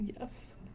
Yes